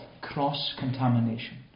cross-contamination